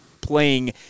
playing